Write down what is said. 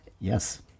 Yes